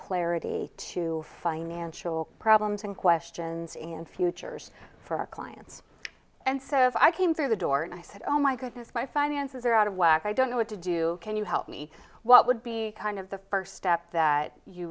clarity to financial problems and questions and futures for our clients and so if i came through the door and i said oh my goodness my finances are out of whack i don't know what to do can you help me what would be kind of the first step